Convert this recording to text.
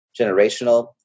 generational